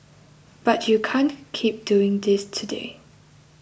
but you can't keep doing this today